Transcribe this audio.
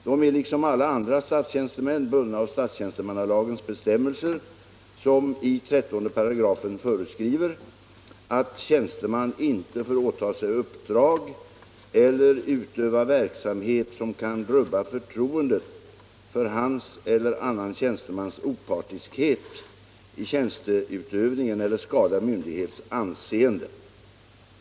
De är liksom alla andra statstjänstemän bundna av statstjänstemannalagens bestämmelser, som i 13 § föreskriver att tjänsteman inte får åta sig uppdrag eller utöva verksamhet som kan rubba förtroendet för hans eller annan tjänstemans opartiskhet i tjänsteutövningen eller skada myndighetens anseende.